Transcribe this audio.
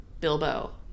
Bilbo